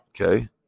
Okay